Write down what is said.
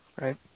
right